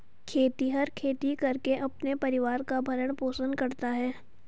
खेतिहर खेती करके अपने परिवार का भरण पोषण करता है